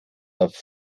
auf